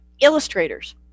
Illustrators